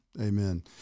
Amen